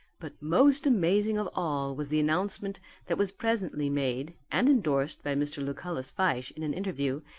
but most amazing of all was the announcement that was presently made, and endorsed by mr. lucullus fyshe in an interview,